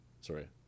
sorry